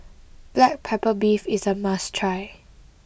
Black Pepper Beef is a must try